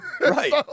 Right